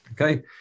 Okay